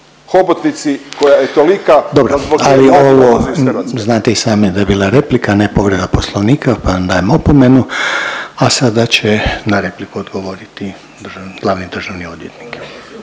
Dobro, ali ovo znate i sami da je bila replika, a ne povreda Poslovnika pa vam dajem opomenu. A sada će na repliku odgovoriti glavni državni odvjetnik.